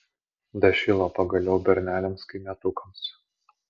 dašilo pagaliau berneliams kaimietukams